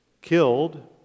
killed